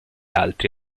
altri